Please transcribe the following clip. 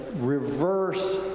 reverse